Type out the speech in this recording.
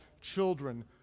children